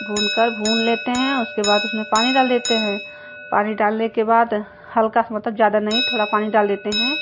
भूनकर भन लेते हैं और उसके बाद उसमें पानी डाल देते हैं पानी डालने के बाद हल्का सा मतलब ज़्यादा नहीं थोड़ा पानी डाल देते हैं